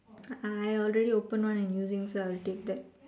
I already opened one and using so I'll take that